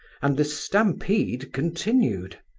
and the stampede continued.